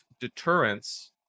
deterrence